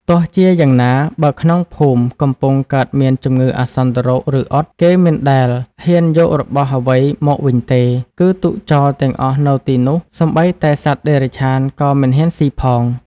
ទោះជាយ៉ាងណា បើក្នុងភូមិកំពុងកើតមានជំងឺអាសន្នរោគ ឬអុត គេមិនដែលហ៊ានយករបស់អ្វីមកវិញទេ គឺទុកចោលទាំងអស់នៅទីនោះ សូម្បីតែសត្វតិរច្ឆានក៏មិនហ៊ានស៊ីផង។